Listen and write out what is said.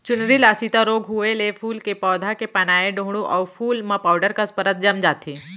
चूर्निल आसिता रोग होउए ले फूल के पउधा के पानाए डोंहड़ू अउ फूल म पाउडर कस परत जम जाथे